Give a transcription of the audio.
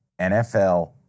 NFL